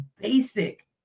basic